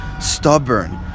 stubborn